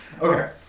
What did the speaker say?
Okay